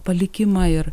palikimą ir